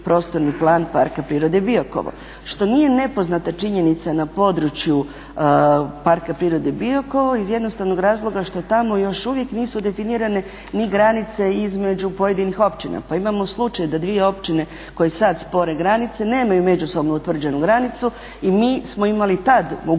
Prostorni plan Parka prirode Biokovo. Što nije nepoznata činjenica na području Parka prirode Biokovo iz jednostavnog razloga što tamo još uvijek nisu definirane ni granice između pojedinih općina. Pa imamo slučaj da dvije općine koje sad spore granice nemaju međusobno utvrđenu granicu i mi smo imali tad